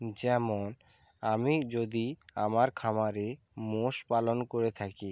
যেমন আমি যদি আমার খামারে মোষ পালন করে থাকি